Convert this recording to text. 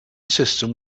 system